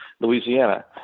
Louisiana